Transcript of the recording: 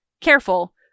careful